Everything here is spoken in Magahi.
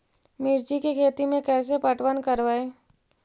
मिर्ची के खेति में कैसे पटवन करवय?